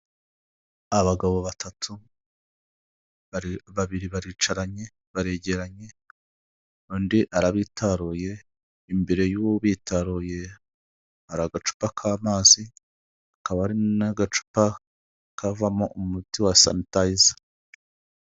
Abagabo batatu, babiri baricaranye, baregeranye, undi arabitaruye imbere y'ubitaruye hari agacupa k'amazi, hakaba hari n'agacupa kavamo umuti wa sanitayiza.